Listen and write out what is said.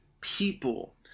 people